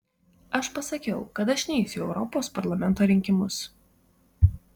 aš pasakiau kad aš neisiu į europos parlamento rinkimus